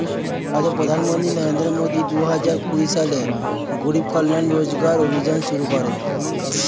ভারতের প্রধানমন্ত্রী নরেন্দ্র মোদি দুহাজার কুড়ি সালে গরিব কল্যাণ রোজগার অভিযান শুরু করেন